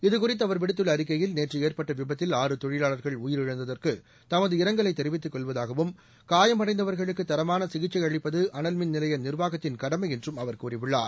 இதுகுறித்து அவர் விடுத்துள்ள அறிக்கையில் நேற்று ஏற்பட்ட விபத்தில் ஆறு தொழிலாளர்கள் உயிரிழந்ததற்கு தமது இரங்கலை தெரிவித்துக் கொள்வதாகவும் காயமடைந்தவர்களுக்கு தரமான சிகிச்சை அளிப்பது அனல்மின் நிலைய நிர்வாகத்தின் கடமை என்றும் அவர் கூறியுள்ளார்